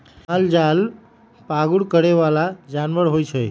मालजाल पागुर करे बला जानवर होइ छइ